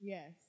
Yes